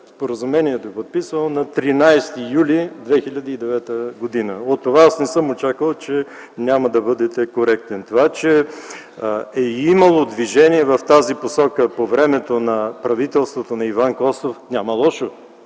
споразумението е подписано на 13 юли 2009 г. От Вас не съм очаквал, че няма да бъдете коректен. Това, че е имало движение в тази посока по времето на правителството на Иван Костов, няма лошо.